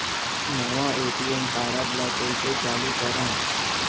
नवा ATM card ल कइसे चालू करव?